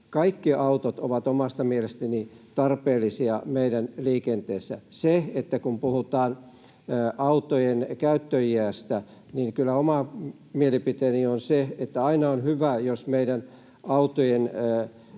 Kaikki autot ovat omasta mielestäni tarpeellisia meidän liikenteessä. Kun puhutaan autojen käyttöiästä, niin kyllä oma mielipiteeni on se, että aina on hyvä, jos meidän autojen ikärakennetta